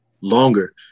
longer